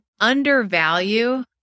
undervalue